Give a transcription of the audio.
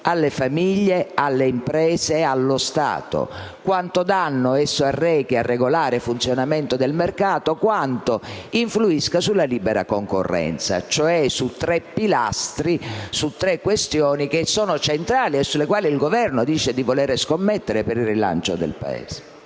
alle famiglie, alle imprese, allo Stato; quanto danno essa arreca al regolare funzionamento del mercato; quanto influisca sulla libera concorrenza. Cioè su tre pilastri, su tre questioni che sono centrali e sui quali il Governo dice di voler scommettere per il rilancio del Paese.